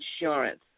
insurance